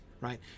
right